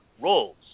roles